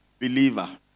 believer